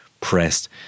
pressed